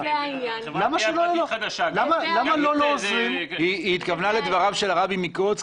למה לא- -- היא התכוונה לדברי הרבי מקוצק,